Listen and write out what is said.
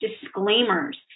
disclaimers